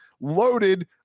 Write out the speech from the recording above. loaded